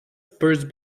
first